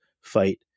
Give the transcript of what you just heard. fight